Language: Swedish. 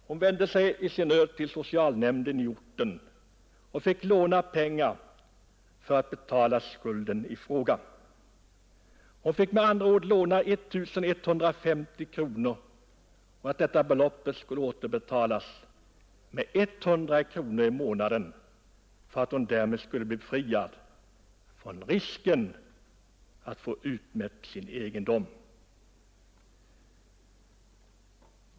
Hon vände sig i sin nöd till socialnämnden i orten och fick låna pengar för att betala skulden i fråga. Hon fick med andra ord låna 1150 kronor, som skulle återbetalas med 100 kronor i månaden, för att hon därmed skulle bli befriad från risken att få sin egendom utmätt.